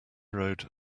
road